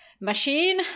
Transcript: machine